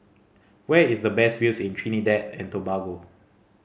where is the best views in Trinidad and Tobago